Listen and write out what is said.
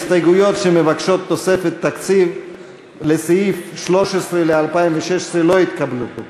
ההסתייגויות שמבקשות תוספת תקציב לסעיף 13 ל-2016 לא התקבלו.